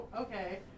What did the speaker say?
okay